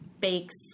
bakes